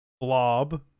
Blob